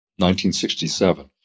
1967